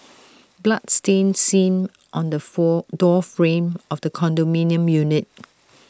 blood stain seen on the fool door frame of the condominium unit